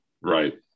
Right